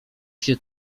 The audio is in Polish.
się